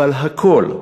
אבל הכול,